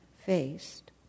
faced